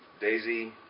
Daisy